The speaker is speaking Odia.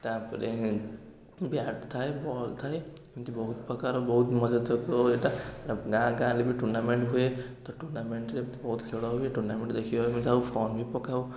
ତା'ପରେ ବ୍ୟାଟ୍ ଥାଏ ବଲ ଥାଏ ଏମତି ବହୁତ ପ୍ରକାର ବହୁତ ମଜା ଏଇଟା ଗାଁ ଗାଁରେ ବି ଟୁର୍ଣ୍ଣାମେଣ୍ଟ୍ ହୁଏ ତ ଟୁର୍ଣ୍ଣାମେଣ୍ଟରେ ବହୁତ ଖେଳ ହୁଏ ଟୁର୍ଣ୍ଣାମେଣ୍ଟ୍ ଦେଖିବାକୁ ଯାଉ ଫର୍ମ ବି ପକାଉ